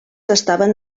estaven